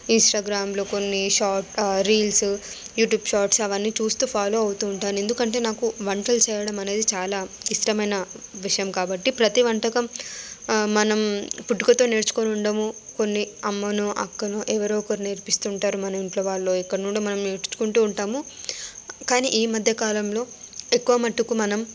ఇన్స్టాగ్రామ్లో కొన్ని షా రీల్సు యూట్యూబ్ షార్ట్స్ అవన్నీ చూస్తూ ఫాలో అవుతూ ఉంటాను ఎందుకంటే నాకు వంటలు చేయడమనేది చాలా ఇష్టమైన విషయం కాబట్టి ప్రతీ వంటకం మనం పుట్టుకతో నేర్చుకొని ఉండము కొన్ని అమ్మనో అక్కనో ఎవరో ఒకరు నేర్పిస్తూ ఉంటారు మన ఇంట్లో వాళ్ళు ఎక్కడి నుండో మనం నేర్చుకుంటూ ఉంటాము కానీ ఈ మధ్య కాలంలో ఎక్కువ మట్టుకు మనం